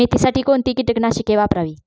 मेथीसाठी कोणती कीटकनाशके वापरावी?